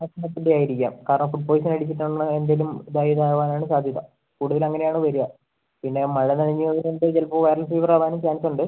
ഭക്ഷണത്തിൻ്റെ ആയിരിക്കാം കാരണം ഫുഡ് പോയ്സൺ അടിച്ചിട്ട് വന്ന എന്തേലും ഇതായത് ആവാനാണ് സാധ്യത കൂടുതൽ അങ്ങനെയാണ് വരുവ പിന്നെ മഴ നനഞ്ഞതുകൊണ്ട് ചിലപ്പം വൈറൽ ഫീവർ ആവാനും ചാൻസ് ഉണ്ട്